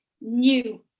new